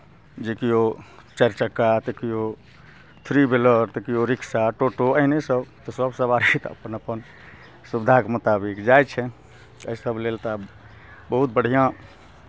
जे किओ चारि चक्का तऽ किओ थ्री व्हीलर तऽ किओ रिक्शा टोटो एहिने सभ तऽ सभ सवारीके अपन अपन सुविधाके मुताबिक जाइ छैन्ह एहिसभ लेल तऽ आब बहुत बढ़िआँ